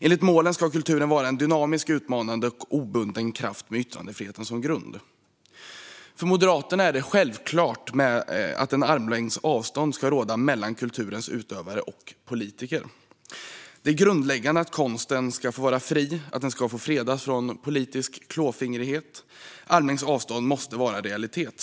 Enligt målen ska kulturen vara en dynamisk, utmanande och obunden kraft med yttrandefriheten som grund. För Moderaterna är det självklart att armlängds avstånd ska råda mellan kulturens utövare och politiker. Det är grundläggande att konsten ska vara fri. Den ska fredas från politisk klåfingrighet; armlängds avstånd måste vara en realitet.